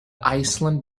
iceland